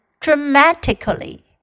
dramatically